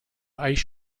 ice